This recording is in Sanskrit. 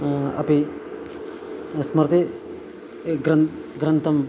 अपि स्मृति ग्रन्थं ग्रन्थं